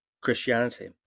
christianity